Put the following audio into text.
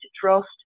trust